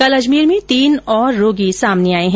कल अजमेर में तीन और रोगी सामने आये है